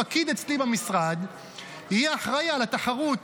פקיד אצלי במשרד יהיה אחראי על התחרות,